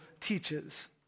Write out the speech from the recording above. teaches